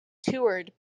toured